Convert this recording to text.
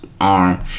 arm